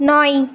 নয়